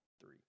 three